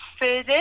further